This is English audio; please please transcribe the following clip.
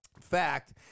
fact